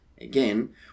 again